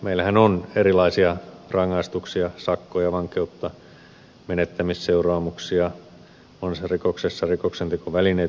meillähän on erilaisia rangaistuksia sakkoja vankeutta menettämisseuraamuksia monessa rikoksessa rikoksentekovälineet menetetään valtiolle